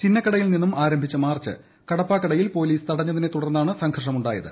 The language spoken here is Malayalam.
ചിന്നക്കടയിൽ നിന്നും ആരംഭിച്ച മാർച്ച് കടപ്പാക്കടയിൽ പോലീസ് തടഞ്ഞതിനെ തുടർന്നാണ് സംഘർഷമുണ്ടായത്